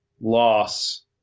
Loss